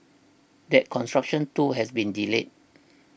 that construction too has been delayed